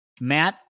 Matt